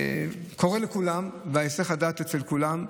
קורה לכולם, והיסח הדעת הוא אצל כולם.